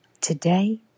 today